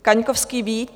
Kaňkovský Vít: